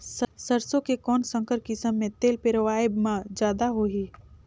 सरसो के कौन संकर किसम मे तेल पेरावाय म जादा होही?